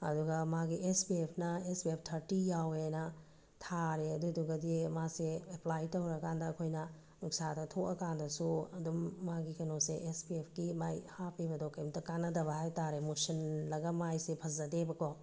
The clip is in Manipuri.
ꯑꯗꯨꯒ ꯃꯥꯒꯤ ꯑꯦꯁ ꯄꯤ ꯑꯦꯐꯅ ꯑꯦꯁ ꯄꯤ ꯑꯦꯐ ꯊꯥꯔꯇꯤ ꯌꯥꯎꯋꯦꯅ ꯊꯥꯔꯦ ꯑꯗꯨꯏꯗꯨꯒꯗꯤ ꯃꯥꯁꯦ ꯑꯦꯄ꯭ꯂꯥꯏ ꯇꯧꯔꯀꯥꯟꯗ ꯑꯩꯈꯣꯏꯅ ꯅꯨꯡꯁꯥꯗ ꯊꯣꯛꯑꯀꯥꯟꯗꯁꯨ ꯑꯗꯨꯝ ꯃꯥꯒꯤ ꯀꯩꯅꯣꯁꯦ ꯑꯦꯁ ꯄꯤ ꯑꯦꯐꯀꯤ ꯃꯥꯏ ꯍꯥꯞꯄꯤꯕꯗꯣ ꯀꯔꯤꯃꯇ ꯀꯥꯟꯅꯗꯕ ꯍꯥꯏꯕ ꯇꯥꯔꯦ ꯃꯨꯁꯤꯜꯂꯒ ꯃꯥꯏꯁꯦ ꯐꯖꯗꯦꯕ ꯀꯣ